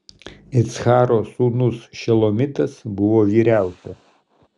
iccharo sūnus šelomitas buvo vyriausias